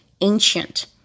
ancient